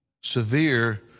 severe